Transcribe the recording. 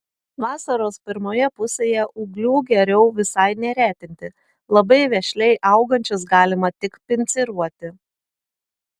vasaros pirmoje pusėje ūglių geriau visai neretinti labai vešliai augančius galima tik pinciruoti